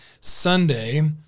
Sunday